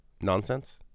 Nonsense